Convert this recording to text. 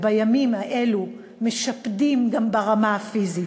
ובימים האלו משפדים גם ברמה הפיזית.